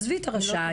עזבי את הרשאי.